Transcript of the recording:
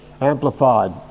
Amplified